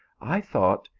i thought,